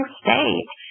state